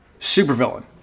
supervillain